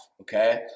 okay